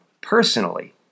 personally